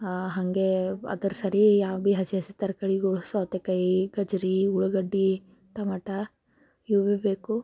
ಹಂಗೇ ಅದ್ರ ಸರಿ ಯಾವು ಭೀ ಹಸಿ ಹಸಿ ತರಕಾರಿಗಳು ಸೌತೆಕಾಯಿ ಗಜ್ಜರಿ ಉಳ್ಳಾಗಡ್ಡೆ ಟೊಮಾಟೊ ಇವು ಭೀ ಬೇಕು